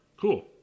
Cool